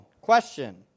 question